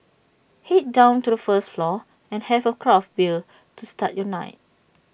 Head down to the first floor and have A craft bear to start your night